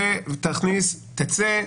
תצא,